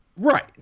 Right